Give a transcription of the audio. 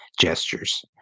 gestures